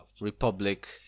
republic